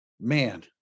Man